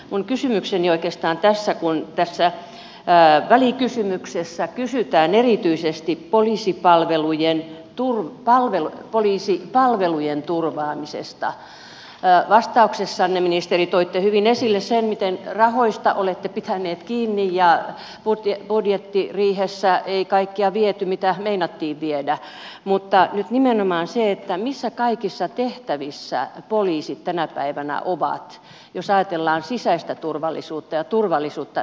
minun kysymykseni oikeastaan on kun tässä välikysymyksessä kysytään erityisesti poliisipalvelujen turvaamisesta vastauksessanne ministeri toitte hyvin esille sen miten rahoista olette pitäneet kiinni ja budjettiriihessä ei kaikkea viety mitä meinattiin viedä nyt nimenomaan se missä kaikissa tehtävissä poliisit tänä päivänä ovat jos ajatellaan sisäistä turvallisuutta ja turvallisuutta yleensä